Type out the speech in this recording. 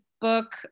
book